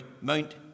Mount